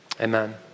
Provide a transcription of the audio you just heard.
amen